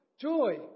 Joy